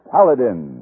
Paladin